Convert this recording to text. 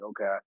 okay